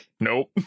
Nope